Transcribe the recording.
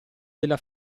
della